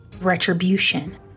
retribution